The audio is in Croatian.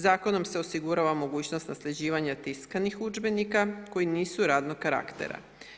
Zakonom se osigurava mogućnost nasljeđivanja tiskanih udžbenika koji nisu radnog karaktera.